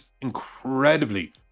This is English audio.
incredibly